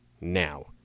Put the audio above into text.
now